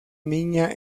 niña